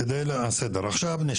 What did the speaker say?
להתייחס.